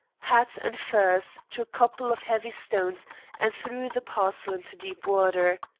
hat, and furs to a couple of heavy stones and threw the parcel into deep water.